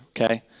okay